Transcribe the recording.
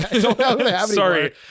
sorry